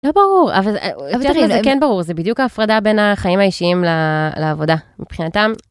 לא ברור, אבל תראי, זה כן ברור, זה בדיוק ההפרדה בין החיים האישיים לעבודה מבחינתם.